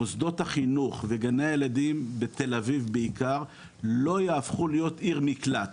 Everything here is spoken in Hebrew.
מוסדות החינוך וגני הילדים בתל אביב בעיקר לא יהפכו להיות עיר מקלט.